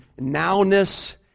nowness